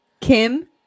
kim